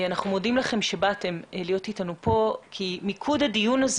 אנחנו מודים לכם על שבאתם להיות אתנו כאן כי הדיון הזה